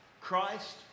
christ